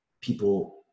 people